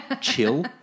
chill